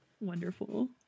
Wonderful